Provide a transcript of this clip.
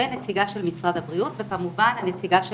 ונציגה של משרד הבריאות וכמובן הנציגה של